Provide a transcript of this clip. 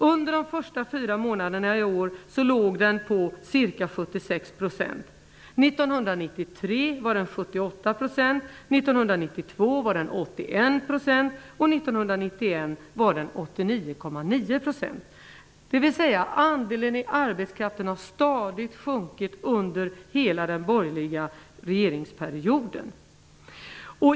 Under de första fyra månaderna i år låg den på 76,4 %. Motsvarande siffror 78,2 % år 1993, 81,9 % år 1992 och 89,9 % år 1991. De sysselsattas andel i arbetskraften har stadigt sjunkit under hela den borgerliga regeringsperioden.